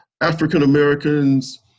African-Americans